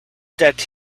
that